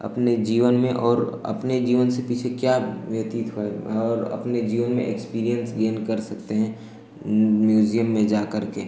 अपने जीवन में और अपने जीवन से पीछे क्या व्यतीत हुआ और अपने जीवन में एक्स्पीरियन्स गेन कर सकते हैं म्यूज़ियम में जाकर